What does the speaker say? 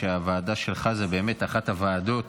שהוועדה שלך היא באמת אחת הוועדות